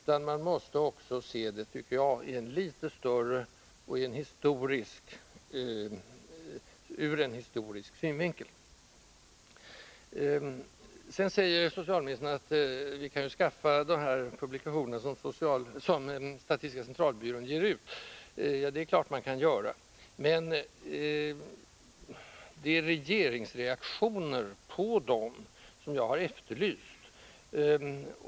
Jag tycker att man också måste sätta in frågan i ett litet större perspektiv, och ur en historisk synvinkel. Socialministern säger att vi kan skaffa oss de publikationer som statistiska centralbyrån ger ut. Ja, det är klart att vi kan göra det. Men det är regeringens reaktioner på dem som jag har efterlyst.